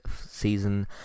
season